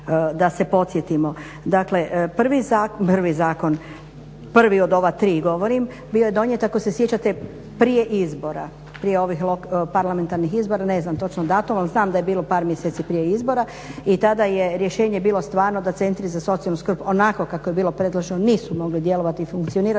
da se podsjetimo. Dakle prvi zakon, prvi od ova tri govorim, bio je donijet ako se sjećate prije izbora, prije ovih parlamentarnih izbora, ne znam točno datum ali znam da je bilo par mjeseci prije izbora i tada je rješenje bilo stvarno da centri za socijalnu skrb onako kako je bilo predloženo nisu mogli djelovati i funkcionirati.